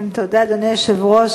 תודה, אדוני היושב-ראש.